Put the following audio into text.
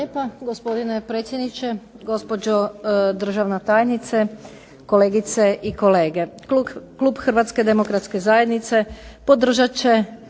Hrvatske demokratske zajednice podržat će